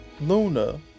Luna